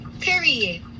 Period